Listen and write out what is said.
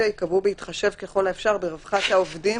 ייקבעו בהתחשב ככל האפשר ברווחת העובדים